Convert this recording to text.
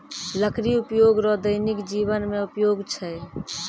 लकड़ी उपयोग रो दैनिक जिवन मे उपयोग छै